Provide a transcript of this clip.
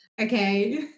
Okay